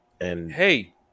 hey